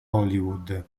hollywood